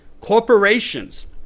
corporations